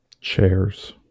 Chairs